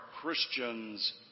Christians